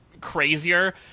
crazier